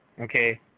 okay